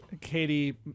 Katie